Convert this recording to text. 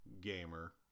Gamer